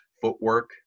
footwork